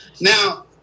Now